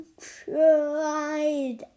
tried